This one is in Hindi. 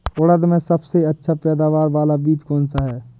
उड़द में सबसे अच्छा पैदावार वाला बीज कौन सा है?